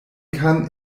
kann